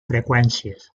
freqüències